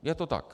Je to tak.